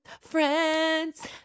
friends